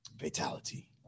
fatality